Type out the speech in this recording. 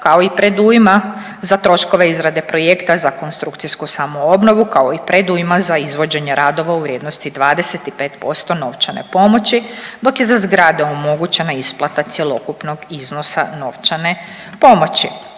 kao i predujma za troškove izrade projekta za konstrukcijsku samoobnovu, kao i predujma za izvođenje radova u vrijednosti 25% novčane pomoći, dok je za zgrade omogućena isplata cjelokupnog iznosa novčane pomoći.